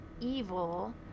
evil